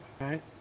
right